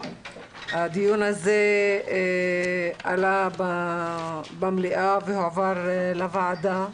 הדיון הזה עלה במליאה והועבר לוועדה.